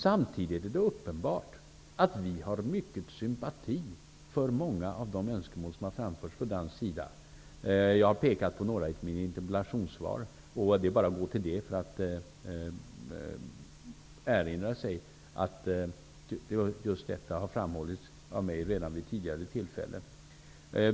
Samtidigt är det uppenbart att vi har mycken sympati för många av de önskemål som framförs från dansk sida. Jag har pekat på några i mitt interpellationssvar. Det är bara att gå till det för att erinra sig att just detta har framhållits av mig redan vid ett tidigare tillfälle.